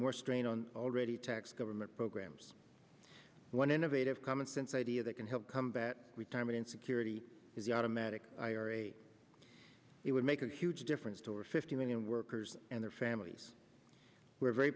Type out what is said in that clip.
more strain on already taxed government programs one innovative commonsense idea that can help combat retirement security is the automatic it would make a huge difference to our fifty million workers and their families were very